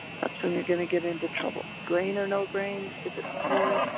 that's when you're gonna get into trouble. grain or no grain, if it's corn,